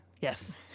yes